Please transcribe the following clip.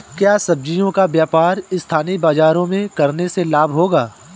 क्या सब्ज़ियों का व्यापार स्थानीय बाज़ारों में करने से लाभ होगा?